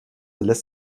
lässt